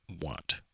want